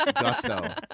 Gusto